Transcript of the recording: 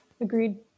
Agreed